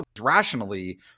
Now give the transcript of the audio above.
rationally